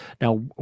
Now